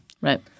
Right